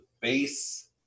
base